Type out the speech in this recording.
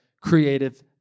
creative